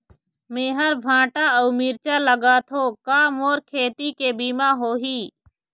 मेहर भांटा अऊ मिरचा लगाथो का मोर खेती के बीमा होही?